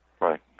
Right